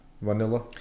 vanilla